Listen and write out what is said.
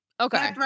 Okay